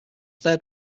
third